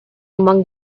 among